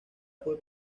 fue